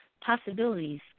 Possibilities